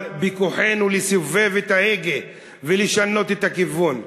אבל בכוחנו לסובב את ההגה ולשנות את הכיוון.